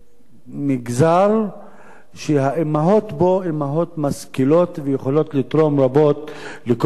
מגזר שהאמהות בו הן אמהות משכילות ויכולות לתרום רבות לכל מה